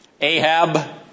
Ahab